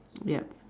yup